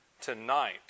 tonight